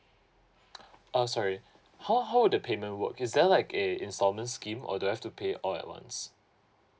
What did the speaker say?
uh sorry how how would the payment work is there like a installment scheme or do I have to pay all at once